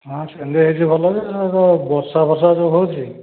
ହଁ ସେମିତି ହେଇଛି ଭଲ ଯେ ବର୍ଷାଫର୍ସା ଯେଉଁ ହେଉଛି